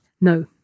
No